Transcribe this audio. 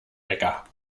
bäcker